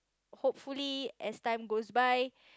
hopefully as time goes by